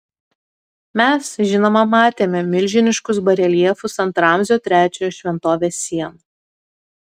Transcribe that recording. mes žinoma matėme milžiniškus bareljefus ant ramzio trečiojo šventovės sienų